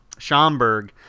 Schomburg